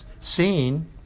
seen